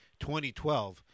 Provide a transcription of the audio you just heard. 2012